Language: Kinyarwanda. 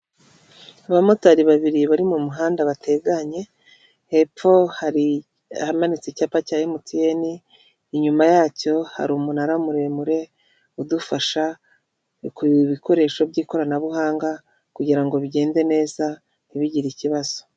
Ibikorwaremezo mu muhanda w'abanyamaguru ndetse iruhande uriho ubusitani burimo ipoto riyishamikiyeho insinga zo mw' ibara ry'umukara zigena amashanyarazi ku baturiye iryo poto.